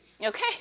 Okay